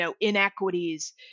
inequities